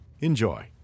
Enjoy